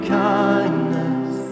kindness